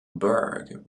burgh